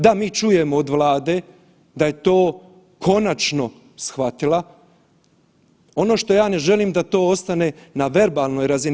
Da, mi čujemo od Vlade da je to konačno shvatila, ono što ja ne želim da to ostane na verbalnoj razini.